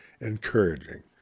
encouraging